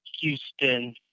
Houston